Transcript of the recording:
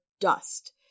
dust